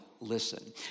listen